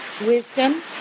wisdom